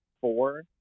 four